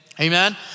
Amen